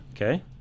Okay